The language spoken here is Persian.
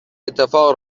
اتفاق